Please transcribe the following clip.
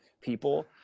people